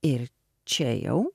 ir čia jau